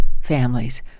families